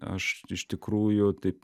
aš iš tikrųjų taip